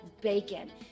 bacon